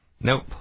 Nope